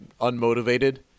unmotivated